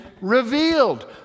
revealed